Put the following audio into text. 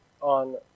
on